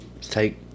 take